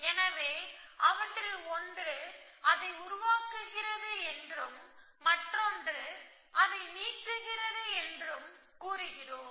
எனவே அவற்றில் ஒன்று அதை உருவாக்குகிறது என்றும் மற்றொன்று அதை நீக்குகிறது என்றும் கூறுகிறோம்